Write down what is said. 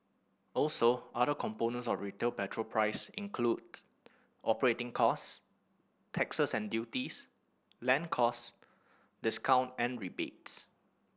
also other components of retail petrol price includes operating cost taxes and duties land cost discount and rebates